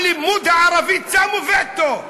על לימוד הערבית שמו וטו.